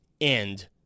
end